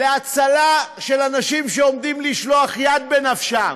להצלה של אנשים שעומדים לשלוח יד בנפשם,